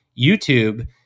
YouTube